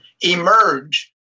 emerge